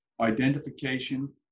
identification